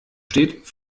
steht